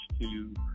-to